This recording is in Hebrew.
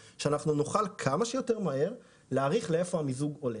נוכל להעריך כמה שיותר מהר לאיפה המיזוג הולך,